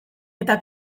eta